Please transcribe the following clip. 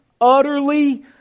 utterly